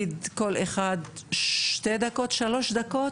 להגיד כל אחד שתי דקות, שלוש דקות,